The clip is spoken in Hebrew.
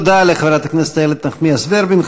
תודה לחברת הכנסת איילת נחמיאס ורבין.